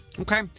Okay